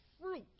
fruit